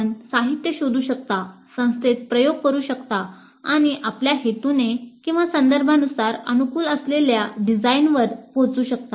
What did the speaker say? आपण साहित्य शोधू शकता संस्थेत प्रयोग करू शकता आणि आपल्या हेतूने संदर्भानुसार अनुकूल असलेल्या डिझाइनवर पोहोचू शकता